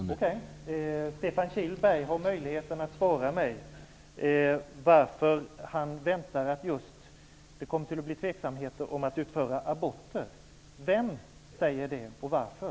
Herr talman! Stefan Kihlberg har möjlighet att svara mig på frågan varför han väntar att det kommer att bli tveksamheter just när det gäller att utföra aborter. Vem säger det och varför?